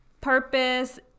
Purpose